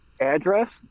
address